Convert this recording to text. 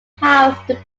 have